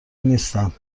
نیستند